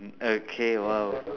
okay !wow!